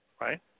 right